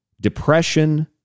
depression